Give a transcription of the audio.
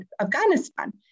afghanistan